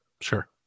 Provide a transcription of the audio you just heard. Sure